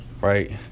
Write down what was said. right